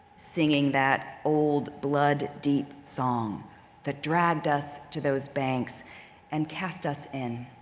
singing that old blood-deep song that dragged us to those banks and cast us in.